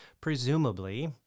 presumably